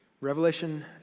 Revelation